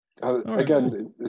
Again